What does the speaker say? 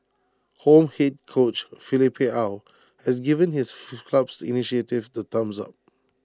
home Head coach Philippe aw has given his club's initiative the thumbs up